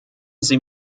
sie